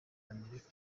amerika